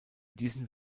diesen